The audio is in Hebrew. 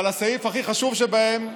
אבל הסעיף הכי חשוב בה הוא